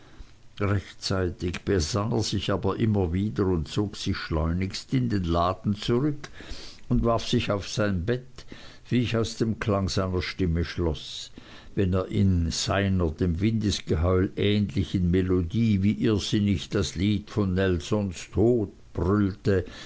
rechtzeitig besann er sich aber immer wieder und zog sich schleunigst in den laden zurück und warf sich auf sein bett wie ich aus dem klang seiner stimme schloß wenn er in seiner dem windesgeheul ähnlichen melodie wie irrsinnig das lied von nelsons tod brüllte